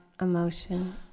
emotion